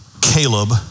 Caleb